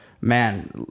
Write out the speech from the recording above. man